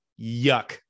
yuck